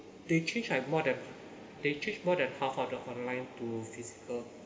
they changed like more than they changed more than half of the online to physical